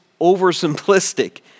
oversimplistic